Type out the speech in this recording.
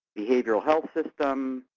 behavioral health system,